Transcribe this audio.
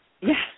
Yes